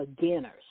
beginner's